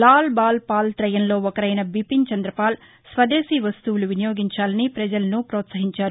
లాల్ బాల్పాల్ తయంలోఒకరైన బిపిన్ చంద్రపాల్ స్వదేశీ వస్తువులు వినియోగించాలని ప్రజలను ప్రోత్సహించారు